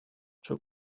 took